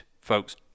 folks